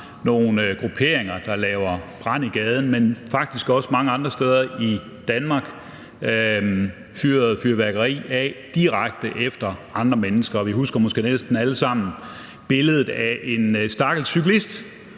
nogle grupperinger, der laver brand i gaden, men faktisk også mange andre steder i Danmark, fyrede fyrværkeri af direkte efter andre mennesker. Vi husker måske næsten alle sammen billedet af en stakkels cyklist